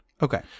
Okay